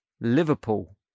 Liverpool